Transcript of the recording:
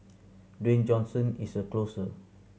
Dwayne Johnson is a closer